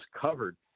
covered